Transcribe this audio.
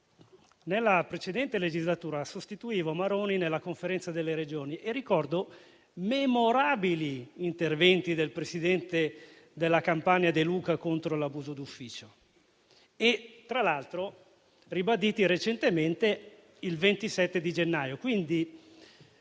nella precedente legislatura sostituivo Maroni nella Conferenza delle Regioni e ricordo memorabili interventi del presidente della Campania De Luca contro l'abuso d'ufficio, ribaditi tra l'altro recentemente il 27 gennaio.